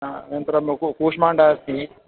आ अनन्तरं लघु कूष्माण्डः अस्ति